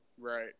Right